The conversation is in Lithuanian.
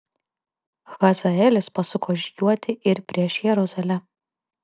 hazaelis pasuko žygiuoti ir prieš jeruzalę